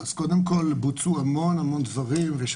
אז קודם כל בוצעו המון המון דברים ויש